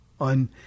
On